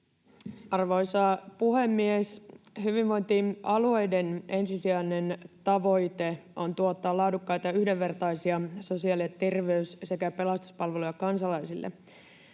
Arvoisa puhemies! Hyvinvointialueiden ensisijainen tavoite on tuottaa laadukkaita ja yhdenvertaisia sosiaali- ja terveys- sekä pelastuspalveluja kansalaisille.